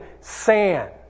sand